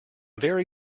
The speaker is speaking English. very